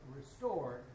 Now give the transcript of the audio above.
restored